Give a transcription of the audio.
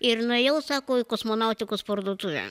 ir nuėjau sako į kosmonautikos parduotuvę